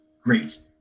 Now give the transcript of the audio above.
Great